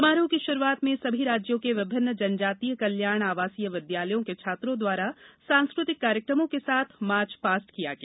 समार्राह की शुरुआत में सभी राज्यों के विभिन्न जनजातीय कल्याण आवासीय विद्यालयों के छात्रों द्वारा सांस्कृतिक कार्यक्रमों के साथ मार्च पास्ट किया गया